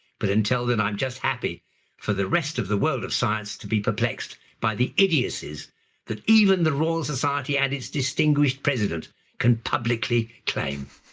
but until then i'm just happy for the rest of the world of science to be perplexed by the idiocies that even the royal society and its distinguished president can publicly claim.